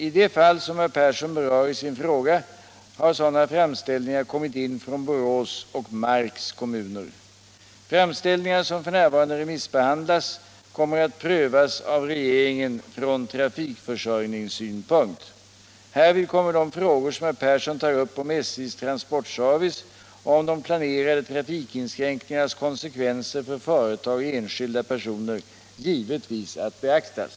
I de fall som herr Persson berör i sin fråga har sådana framställningar kommit in från Borås och Marks kommuner. Framställningarna, som f. n. remissbehandlas, kommer att prövas av regeringen från trafikförsörjningssynpunkt. Härvid kommer de frågor som herr Persson tar upp om SJ:s transportservice och om de planerade trafikinskränkningarnas konsekvenser för företag och enskilda personer givetvis att beaktas.